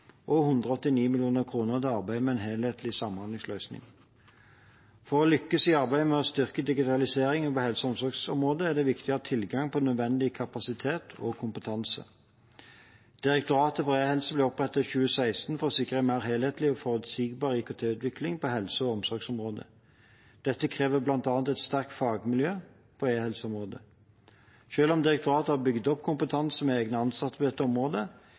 og 189 mill. kr til arbeidet med en helhetlig samhandlingsløsning. For å lykkes i arbeidet med å styrke digitaliseringen på helse- og omsorgsområdet er det viktig å ha tilgang på nødvendig kapasitet og kompetanse. Direktoratet for e-helse ble opprettet i 2016 for å sikre en mer helhetlig og forutsigbar IKT-utvikling på helse- og omsorgsområdet. Dette krever bl.a. et sterkt fagmiljø på e-helseområdet. Selv om direktoratet har bygd opp kompetanse med egne ansatte på dette området,